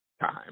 time